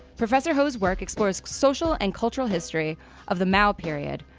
professor ho's work explores social and cultural history of the mao period,